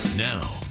Now